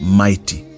mighty